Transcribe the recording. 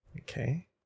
Okay